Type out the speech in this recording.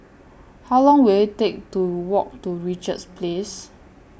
How Long Will IT Take to Walk to Richards Place